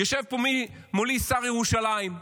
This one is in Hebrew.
יושב פה מולי השר לירושלים -- ומסורת.